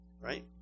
right